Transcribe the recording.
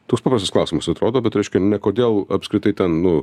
toks paprastas klausimas atrodo bet reiškia ne kodėl apskritai ten nu